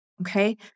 Okay